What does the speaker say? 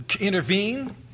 intervene